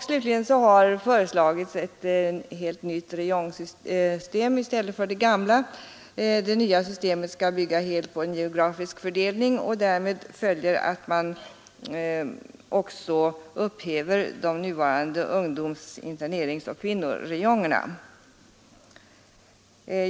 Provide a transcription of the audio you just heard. Slutligen har föreslagits ett nytt räjongsystem i stället för det gamla. Det nya systemet skall bygga helt på en geografisk fördelning, och därmed följer att man också upphäver de nuvarande ungdoms-, interneringsoch kvinnoräjongerna.